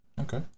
Okay